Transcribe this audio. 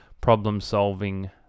problem-solving